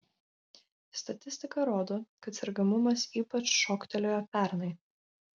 statistika rodo kad sergamumas ypač šoktelėjo pernai